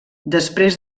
després